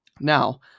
Now